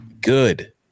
Good